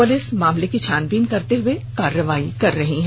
police मामले की छानबीन करते हुए कार्रवाई कर रही है